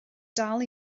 dal